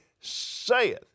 saith